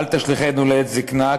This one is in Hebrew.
אל תשליכנו לעת זיקנה,